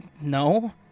No